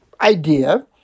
idea